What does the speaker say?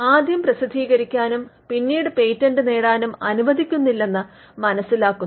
ആദ്യം പ്രസിദ്ധീകരിക്കാനും പിന്നീട് പേറ്റന്റ് നേടാനും അനുവദിക്കുന്നില്ലെന്ന് മനസിലാക്കുന്നത്